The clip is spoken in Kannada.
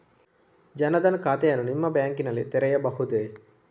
ಜನ ದನ್ ಖಾತೆಯನ್ನು ನಿಮ್ಮ ಬ್ಯಾಂಕ್ ನಲ್ಲಿ ತೆರೆಯಬಹುದೇ?